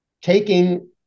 taking